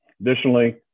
Additionally